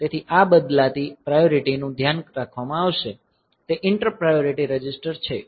તેથી આ બદલાતી પ્રાયોરિટીનું ધ્યાન રાખવામાં આવશે તે ઈંટરપ્ટ પ્રાયોરિટી રજિસ્ટર છે